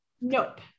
nope